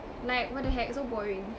like what the heck so boring